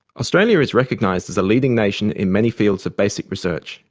australia is recognized as a leading nation in many fields of basic research,